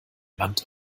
wand